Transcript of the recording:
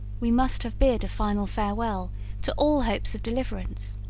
we must have bid a final farewell to all hopes of deliverance